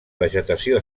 vegetació